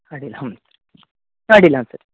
ಅಡ್ಡಿಲ ಹ್ಞೂ ಅಡ್ಡಿಲ ಮತ್ತೆ